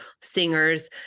singers